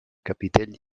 capitell